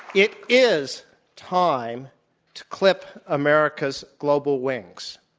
it is time to clip america's global wings.